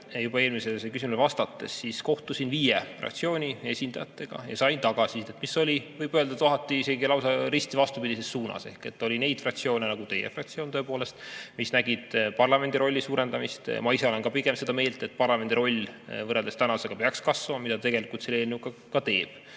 juba teie eelmisele küsimusele vastates, kohtusin ma viie fraktsiooni esindajatega ja sain tagasisidet, mis oli, võib öelda, kohati isegi lausa risti vastupidises suunas. Oli neid fraktsioone, nagu teie fraktsioon, kes [panid ette] parlamendi rolli suurendada. Ma ise olen ka pigem seda meelt, et parlamendi roll võrreldes tänasega peaks kasvama, mis tegelikult selle eelnõuga ka toimub.